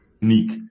unique